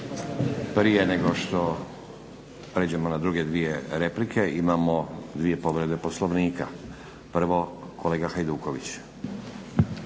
Prije nego što pređemo na druge dvije replike imamo dvije povrede poslovnika. Prvo kolega Hajduković.